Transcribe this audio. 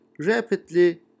rapidly